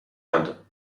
indes